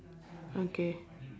okay